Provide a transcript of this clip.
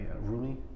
Rumi